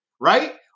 right